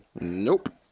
Nope